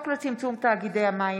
סכנת סגירה המרחפת על תוכנית